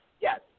Yes